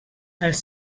els